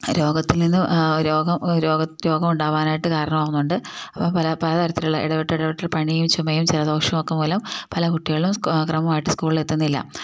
രോഗത്തിൽ നിന്നു രോഗം രോഗ രോഗം ഉണ്ടാവാനായിട്ട് കാരണമാകുന്നുണ്ട് അപ്പം പല പല തരത്തിലുള്ള ഇടവെട്ട് ഇടവെട്ട് പനിയും ചുമയും ചില ദോഷമൊക്കെ മൂലം പല കുട്ടികളും ക്രമമായിട്ട് സ്കൂളിൽ എത്തുന്നില്ല